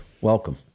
Welcome